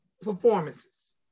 performances